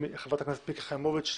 חברת הכנסת מיקי חיימוביץ'